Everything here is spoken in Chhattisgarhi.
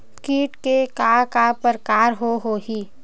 कीट के का का प्रकार हो होही?